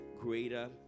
greater